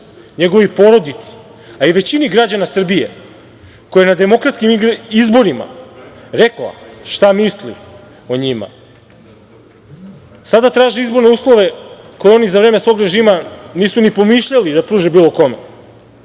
njegovoj porodici, a i većini građana Srbije koja je na demokratskim izborima rekla šta misli o njima, sada traže izborne uslove koje oni za vreme svog režima nisu ni pomišljali da pruže bilo kome.